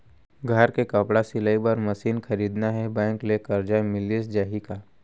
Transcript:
घर मे कपड़ा सिलाई बार मशीन खरीदना हे बैंक ले करजा मिलिस जाही का?